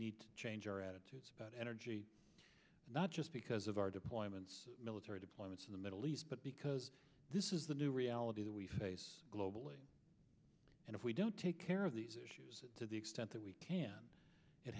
need to change our attitudes about energy not just because of our deployments military deployments in the middle east but because this is the new reality that we face globally and if we don't take care of these issues to the extent that we can it